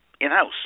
in-house